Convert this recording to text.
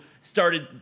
started